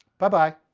bye-bye!